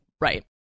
Right